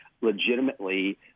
legitimately